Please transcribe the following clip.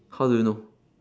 how do you know